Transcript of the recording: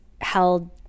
held